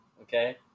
Okay